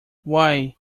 why